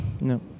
No